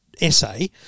essay